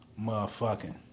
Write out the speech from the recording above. Motherfucking